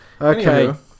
Okay